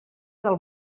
del